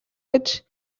гэж